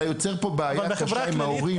ואז אתה יוצר פה בעיה גם קשה עם ההורים.